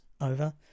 over